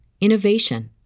innovation